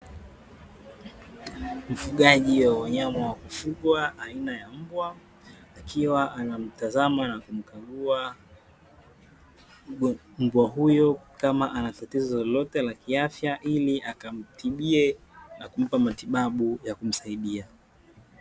Mfugaji wa wanyama wakufugwa aina ya mbwa, akiwa anamtazama na kumkagua mbwa huyo kama ana tatizo lolote la kiafya, ili akamtibie na kumpa matibabu ya kumsaidia.